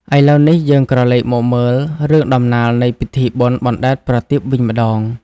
ឥឡូវនេះយើងក្រឡេកមកមើលរឿងដំណាលនៃពិធីបុណ្យបណ្ដែតប្រទីបវិញម្តង។